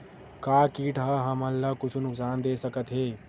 का कीट ह हमन ला कुछु नुकसान दे सकत हे?